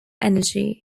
energy